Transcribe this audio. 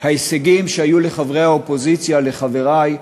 או כמעט כל ההישגים שהיו לחברי האופוזיציה, לחברי,